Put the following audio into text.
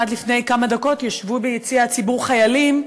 עד לפני כמה דקות ישבו ביציע הציבור חיילים,